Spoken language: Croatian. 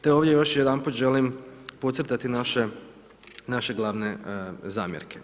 Te ovdje još jedanput želim podcrtati naše glavne zamjerke.